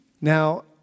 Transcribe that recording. Now